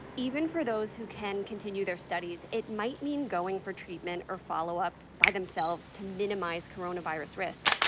even for those who can continue their studies, it might mean going for treatment or follow-up by themselves to minimize coronavirus risk.